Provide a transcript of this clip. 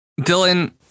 Dylan